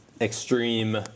extreme